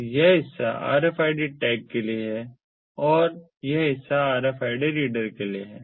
तो यह हिस्सा RFID टैग के लिए है और यह हिस्सा RFID रीडर के लिए है